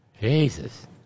Jesus